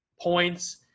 points